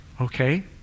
Okay